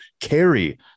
carry